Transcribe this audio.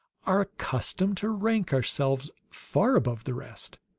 are accustomed to rank ourselves far above the rest.